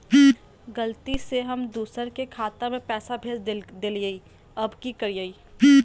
गलती से हम दुसर के खाता में पैसा भेज देलियेई, अब की करियई?